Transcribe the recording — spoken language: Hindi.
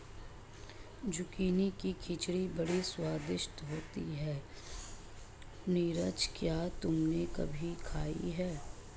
जुकीनी की खिचड़ी बड़ी स्वादिष्ट होती है नीरज क्या तुमने कभी खाई है?